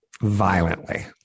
violently